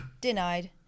Denied